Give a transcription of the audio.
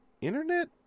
Internet